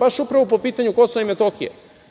baš upravo po pitanju Kosova i